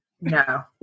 No